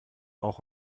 auch